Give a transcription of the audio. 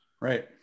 Right